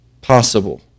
possible